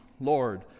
Lord